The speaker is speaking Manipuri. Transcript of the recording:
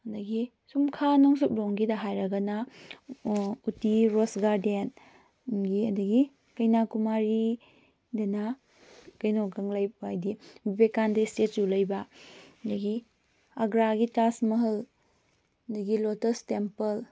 ꯑꯗꯒꯤ ꯁꯨꯝ ꯈꯥ ꯅꯣꯡꯆꯨꯞ ꯂꯣꯝꯒꯤꯗ ꯍꯥꯏꯔꯒꯅ ꯎꯇꯤ ꯔꯣꯁ ꯒꯥꯔꯗꯦꯟ ꯑꯗꯒꯤ ꯀꯩꯅꯥꯀꯨꯃꯥꯔꯤꯗꯅ ꯀꯩꯅꯣ ꯚꯦꯀꯥꯟꯗꯦ ꯏꯁꯇꯦꯆꯨ ꯂꯩꯕ ꯑꯗꯒꯤ ꯑꯒ꯭ꯔꯥꯒꯤ ꯇꯥꯖꯃꯍꯜ ꯑꯗꯒꯤ ꯂꯣꯇꯁ ꯇꯦꯝꯄꯜ